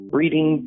reading